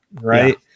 right